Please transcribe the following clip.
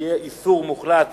שיהיה איסור מוחלט